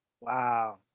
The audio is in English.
wow